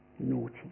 naughty